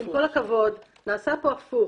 עם כל הכבוד, נעשה פה הפוך.